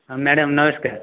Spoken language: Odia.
ହଁ ମ୍ୟାଡ଼ାମ ନମସ୍କାର